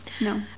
No